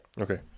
Okay